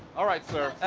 all right sir.